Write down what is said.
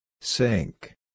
Sink